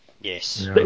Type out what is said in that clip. Yes